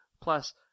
plus